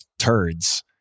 turds